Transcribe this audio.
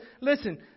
listen